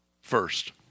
First